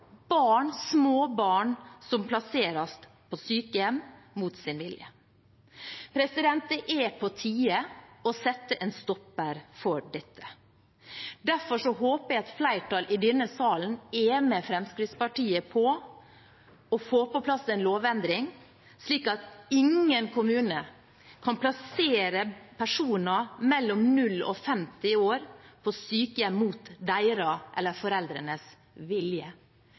barn – små barn – som plasseres på sykehjem mot sin vilje. Det er på tide å sette en stopper for dette. Derfor håper jeg et flertall i denne salen er med Fremskrittspartiet på å få på plass en lovendring, slik at ingen kommune kan plassere personer mellom 0 og 50 år på sykehjem mot deres eller foreldrenes vilje.